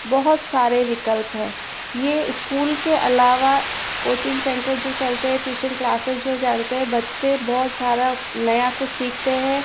बहुत सारे विकल्प है ये स्कूल के अलावा कोचिंग सैंटर जो चलते है ट्यूशन क्लासेज़ जो चलते हैं बच्चे बहुत सारा नया कुछ सीखते है